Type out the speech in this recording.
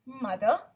Mother